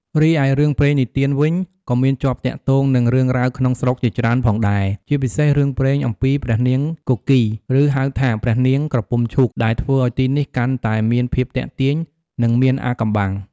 រីឯរឿងព្រេងនិទានវិញ ក៏មានជាប់ទាក់ទងនឹងរឿងរ៉ាវក្នុងស្រុកជាច្រើនផងដែរ ជាពិសេសរឿងព្រេងអំពីព្រះនាងគគីរ ឬហៅថាព្រះនាងក្រពុំឈូក ដែលធ្វើឱ្យទីនេះកាន់តែមានភាពទាក់ទាញ និងមានអាថ៌កំបាំង ។